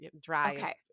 dry